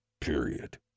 period